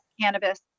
cannabis